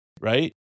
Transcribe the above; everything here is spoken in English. Right